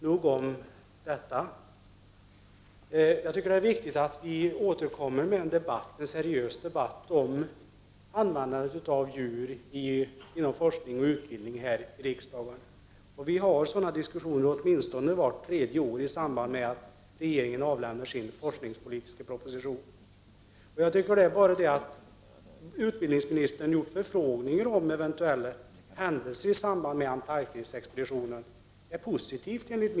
Det är viktigt att vi här i riksdagen återkommer med en seriös debatt om användandet av djur inom forskning och utbildning, och vi har sådana diskussioner åtminstone vart tredje år i samband med att regeringen avlämnar sin forskningspolitiska proposition. Bara det att utbildningsministern har gjort förfrågningar om eventuella händelser i samband med Antarktisexpeditionen är positivt.